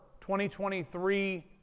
2023